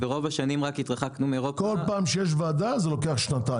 כל פעם כשיש ועדה זה לוקח שנתיים.